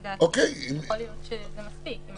לדעתי יכול להיות שזה מספיק.